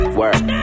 work